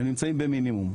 הם נמצאים במינימום,